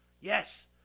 Yes